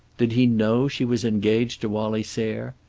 did he know she was engaged to wallie sayre?